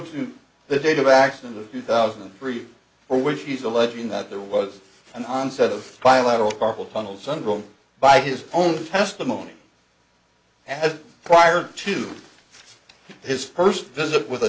to the data back in the two thousand and three for which he's alleging that there was an onset of bilateral carpal tunnel syndrome by his own testimony as prior to his first visit with